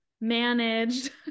managed